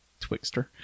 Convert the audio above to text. twixter